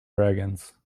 dragons